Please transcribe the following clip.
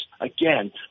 again